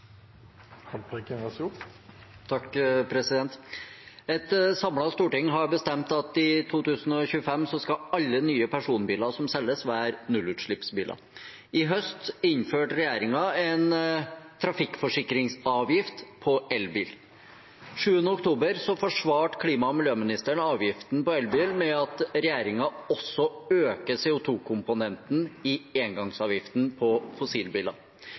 Et samlet storting har bestemt at i 2025 skal alle nye personbiler som selges, være nullutslippsbiler. I høst innførte regjeringen en trafikkforsikringsavgift på elbil. Den 7. oktober forsvarte klima- og miljøministeren avgiften på elbil med at regjeringen også øker CO 2 -komponenten i engangsavgiften på fossilbiler.